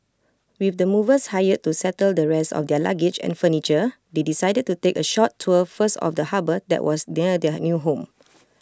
with the movers hired to settle the rest of their luggage and furniture they decided to take A short tour first of the harbour that was near their new home